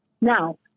Now